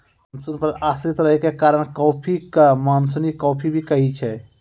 monsoon पर आश्रित रहै के कारण कॉफी कॅ मानसूनी कॉफी भी कहै छै